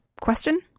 question